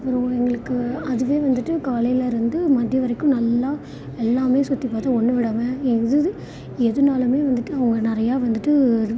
அப்புறம் எங்களுக்கு அதுவே வந்துவிட்டு காலைல இருந்து மதிய வரைக்கும் நல்லா எல்லாமே சுற்றி பார்த்து ஒன்று விடாம எது எது எதுனாலுமே வந்துவிட்டு அவங்க நிறையா வந்துவிட்டு